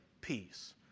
peace